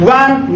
one